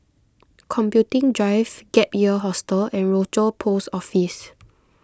Computing Drive Gap Year Hostel and Rochor Post Office